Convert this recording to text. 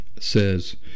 Says